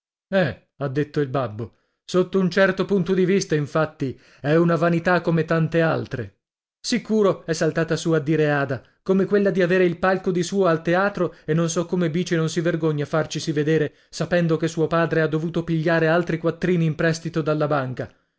eh ha detto il babbo sotto un certo punto di vista infatti è una vanità come tante altre sicuro è saltata su a dire ada come quella di avere il palco di suo al teatro e non so come bice non si vergogni a farcisi vedere sapendo che suo padre ha dovuto pigliare altri quattrini in prestito dalla banca